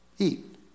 Eat